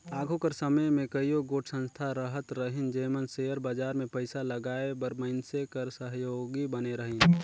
आघु कर समे में कइयो गोट संस्था रहत रहिन जेमन सेयर बजार में पइसा लगाए बर मइनसे कर सहयोगी बने रहिन